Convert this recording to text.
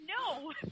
No